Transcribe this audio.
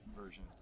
version